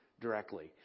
directly